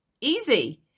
easy